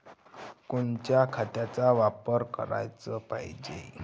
कोनच्या खताचा वापर कराच पायजे?